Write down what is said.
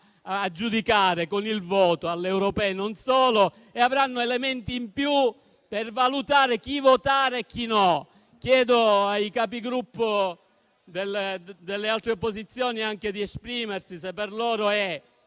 a giudicare con il voto alle elezioni europee e avranno elementi in più per valutare chi votare e chi no. Chiedo, quindi, ai Capigruppo delle altre opposizioni di esprimersi: se per loro è